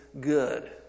good